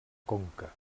conca